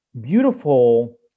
beautiful